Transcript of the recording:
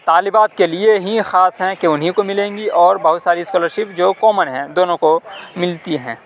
طلبات کے لیے ہی خاص ہیں کہ اُنہیں کو ملیں گی اور بہت ساری اسکالر شپ جو کامن ہیں دونوں کو ملتی ہیں